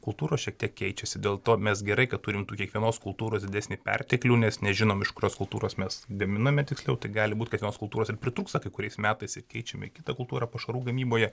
kultūros šiek tiek keičiasi dėl to mes gerai kad turim tų kiekvienos kultūros didesnį perteklių nes nežinom iš kurios kultūros mes gaminame tiksliau tai gali būt kad vienos kultūros ir pritrūksta kai kuriais metais keičiame į kitą kultūrą pašarų gamyboje